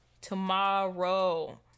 Tomorrow